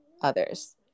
others